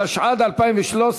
התשע"ד 2013,